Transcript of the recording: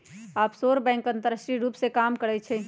offshore bank अंतरराष्ट्रीय रूप से काम करइ छइ